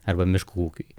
arba miškų ūkiui